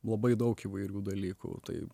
labai daug įvairių dalykų tai